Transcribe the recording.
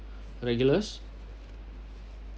regulars